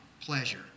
pleasure